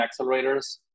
accelerators